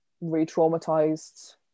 re-traumatized